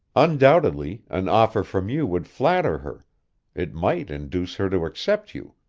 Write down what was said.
undoubtedly an offer from you would flatter her it might induce her to accept you,